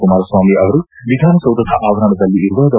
ಕುಮಾರಸ್ನಾಮಿ ಅವರು ವಿಧಾನಸೌಧದ ಆವರಣದಲ್ಲಿ ಇರುವ ಡಾ